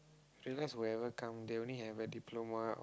realize whoever come they only have a diploma